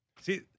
see